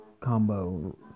combo